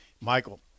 Michael